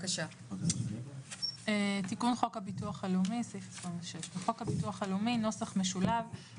תיקון חוק הביטוח הלאומי 26. בחוק הביטוח הלאומי [נוסח משולב],